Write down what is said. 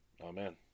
Amen